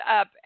up